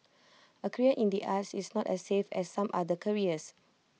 A career in the arts is not as safe as some other careers